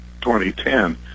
2010